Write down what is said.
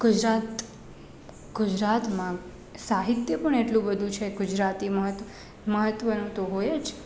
ગુજરાત ગુજરાતમાં સાહિત્ય પણ એટલું બધું છે ગુજરાતીમાં મહત્ત્વનું તો હોય જ